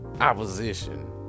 opposition